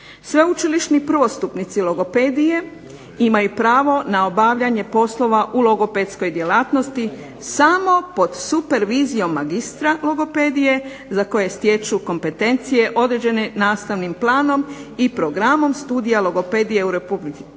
sveučilišni prvostupnici logopedije imaju pravo na obavljanje poslova u logopedskoj djelatnosti samo pod supervizijom magistra logopedije za koje stječu kompetencije određene nastavnim planom i programom studija logopedije u RH